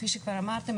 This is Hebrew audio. כפי שכבר אמרתם,